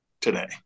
today